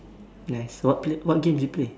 nice what play what games do you play